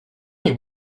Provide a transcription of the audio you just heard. nich